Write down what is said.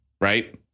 right